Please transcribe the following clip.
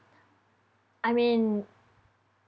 I mean